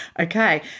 okay